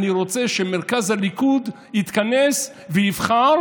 אני רוצה שמרכז הליכוד יתכנס ויבחר,